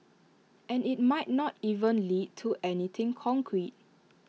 and IT might not even lead to anything concrete